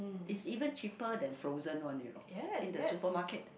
is even cheaper than frozen one you know in the supermarket